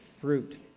fruit